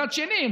מצד שני,